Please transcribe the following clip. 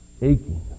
aching